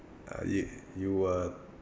uh it you were